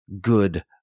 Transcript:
good